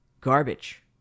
garbage